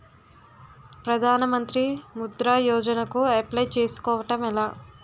ప్రధాన మంత్రి ముద్రా యోజన కు అప్లయ్ చేసుకోవటం ఎలా?